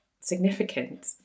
significant